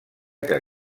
que